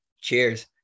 Cheers